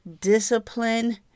discipline